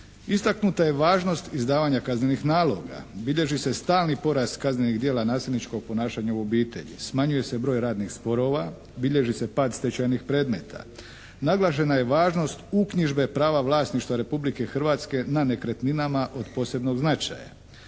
Istaknuta je važnost izdavanja kaznenih naloga. Bilježi se stalni porast kaznenih djela nasilničkog ponašanja u obitelji, smanjuje se broj radnih sporova, bilježi se pad stečajnih predmeta. Naglašena je važnost uknjižbe prava vlasništva Republike Hrvatske na nekretninama od posebnog značaja.